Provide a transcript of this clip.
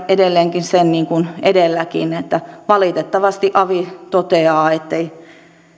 edelleenkin sen niin kuin edelläkin että valitettavasti avi toteaa